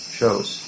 shows